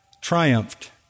triumphed